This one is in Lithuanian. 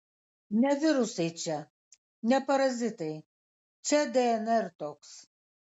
ne virusai čia ne parazitai čia dnr toks